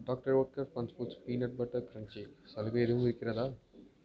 doctor Oetker fun foods peanut butter crunchy சலுகை எதுவும் இருக்கிறதா